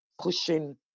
pushing